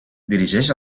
dirigeix